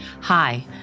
Hi